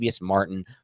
Martin